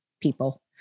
people